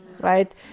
right